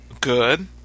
good